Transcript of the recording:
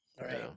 right